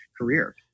career